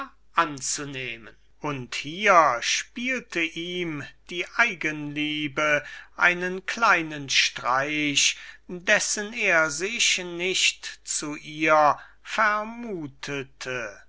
anzunehmen und hier spielte ihm die eigenliebe einen kleinen streich dessen er sich nicht zu ihr